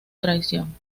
traición